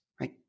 right